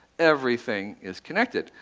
everything is connected.